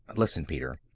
listen, peter,